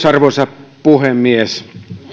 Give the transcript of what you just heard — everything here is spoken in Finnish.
arvoisa puhemies